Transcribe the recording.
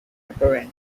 apparent